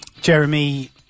Jeremy